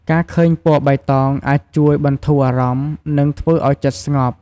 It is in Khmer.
ការឃើញពណ៌បៃតងអាចជួយបន្ធូរអារម្មណ៍ និងធ្វើឱ្យចិត្តស្ងប់។